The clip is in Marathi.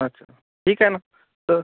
अच्छा ठीक आहे ना तर